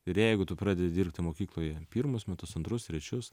ir jeigu tu pradedi dirbti mokykloje pirmus metus antrus trečius